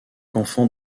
enfants